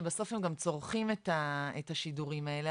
שבסוף הם גם צורכים את השידורים האלה,